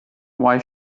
why